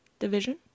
division